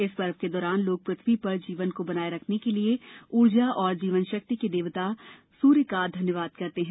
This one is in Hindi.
इस पर्व के दौरान लोग पृथ्वी पर जीवन को बनाए रखने के लिए ऊर्जा और जीवन शक्ति के देवता सूर्य का धन्यवाद करते हैं